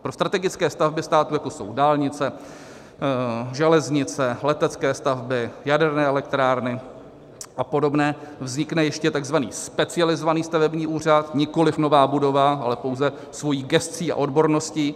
Pro strategické stavby státu, jako jsou dálnice, železnice, letecké stavby, jaderné elektrárny a podobné, vznikne ještě takzvaný specializovaný stavební úřad, nikoliv nová budova, ale pouze svou gescí a odborností.